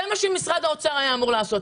זה מה שמשרד האוצר היה אמור לעשות.